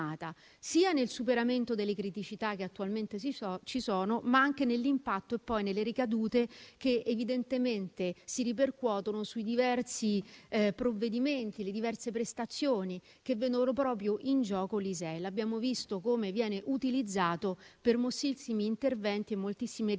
sia nel superamento delle criticità attualmente esistenti, sia nell'impatto e nelle ricadute che evidentemente si ripercuotono sui diversi provvedimenti e le diverse prestazioni che vedono in gioco l'ISEE: abbiamo visto come viene utilizzato per moltissimi interventi e moltissime riforme